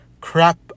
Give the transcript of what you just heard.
crap